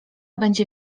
będzie